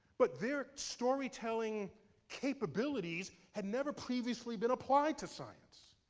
but their storytelling capabilities had never previously been applied to science.